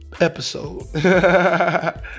episode